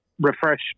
Refresh